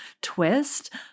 twist